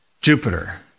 Jupiter